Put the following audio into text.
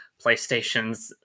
playstations